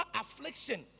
affliction